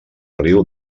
riu